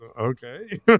Okay